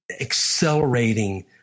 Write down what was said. accelerating